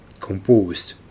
composed